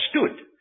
understood